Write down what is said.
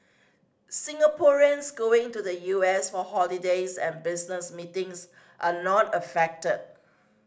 Singaporeans going to the U S for holidays and business meetings are not affected